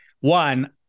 One